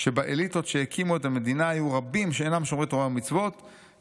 שבאליטות שהקימו את המדינה היו רבים שאינם שומרי תורה ומצוות,